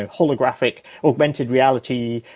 holographic augmented reality?